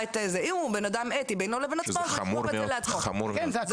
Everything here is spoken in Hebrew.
אם הוא בן אדם אתי בינו לבין עצמו זה חמור מאוד.